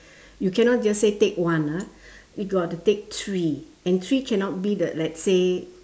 you cannot just say take one ah you got to take three and three cannot be the let's say